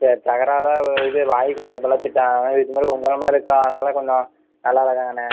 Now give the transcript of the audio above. sir தகறாராக இது வாய்க்கு வந்ததுபோலலாம் திட்டுறா இது உங்களை மாதிரி ஆளுங்கள் கொஞ்சோம் நல்லா இருக்காங்கண்ணே